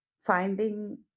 finding